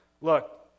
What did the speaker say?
look